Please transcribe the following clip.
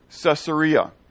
Caesarea